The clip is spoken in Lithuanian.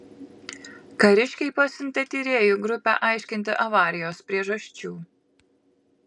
kariškiai pasiuntė tyrėjų grupę aiškinti avarijos priežasčių